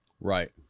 Right